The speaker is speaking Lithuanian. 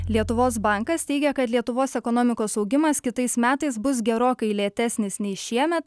lietuvos bankas teigia kad lietuvos ekonomikos augimas kitais metais bus gerokai lėtesnis nei šiemet